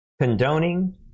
condoning